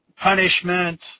punishment